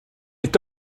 est